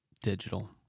Digital